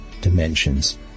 dimensions